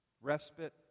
respite